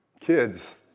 kids